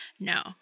No